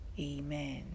Amen